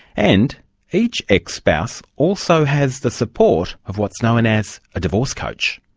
and each ex-spouse also has the support of what's known as a divorce coach.